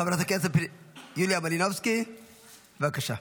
חברת הכנסת יוליה מלינובסקי, בבקשה.